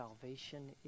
salvation